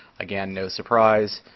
again, no surprise.